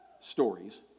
stories